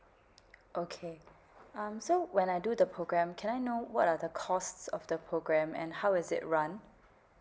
okay um so when I do the programme can I know what are the costs of the programme and how is it run